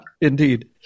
indeed